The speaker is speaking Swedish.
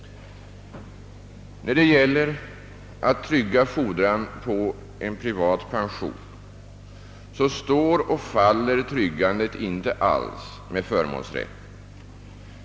Då det gäller att trygga fordran på en privat pension står och faller tryggandet inte alls med förmånsrätten.